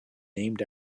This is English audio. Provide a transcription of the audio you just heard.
named